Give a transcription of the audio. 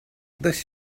this